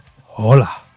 Hola